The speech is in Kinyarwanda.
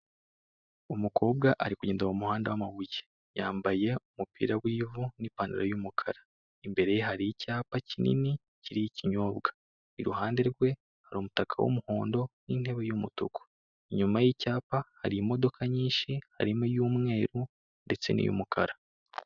Umukobwa ari kugenda mu muhanda w'amabuye, yambaye umupira w'ivu n'ipantaro y'umukara, imbere ye hari icyapa kinini kiriho ikinyobwa, iruhande rwe hari umutaka w'umuhondo n'intebe y'umutuku, inyuma y'icyapa hari imodoka nyinshi, harimo iy'umweru ndetse n'iy'umukara.